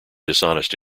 dishonest